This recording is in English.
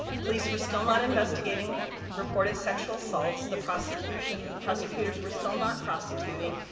police were still not investigating reported sexual assaults, the prosecutors and prosecutors were still not prosecuting,